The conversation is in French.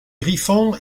griffon